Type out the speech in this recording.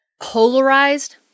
polarized